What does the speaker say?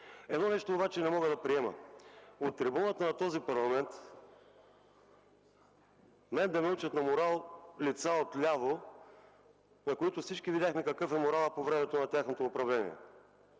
Едно нещо обаче не мога да приема – от трибуната на този парламент да ме учат на морал лица отляво, на които всички видяхме какъв е моралът по времето на тяхното управление!